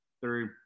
Three